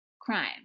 crime